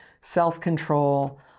self-control